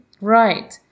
Right